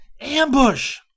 Ambush